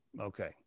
Okay